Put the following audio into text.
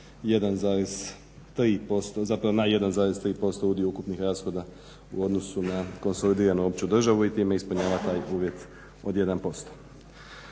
1,3% zapravo na 1,3% udio ukupnih rashoda u odnosu na konsolidiranu opću državu i time ispunjava taj uvjet od 1%.